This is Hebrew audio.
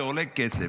זה עולה כסף,